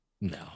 No